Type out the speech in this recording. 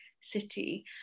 city